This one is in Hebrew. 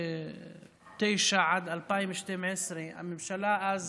ב-2009 עד 2012 הממשלה אז